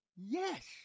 yes